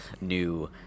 new